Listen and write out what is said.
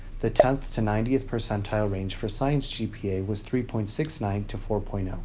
the tenth to ninetieth percentile range for science gpa was three point six nine to four point ah